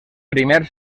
primer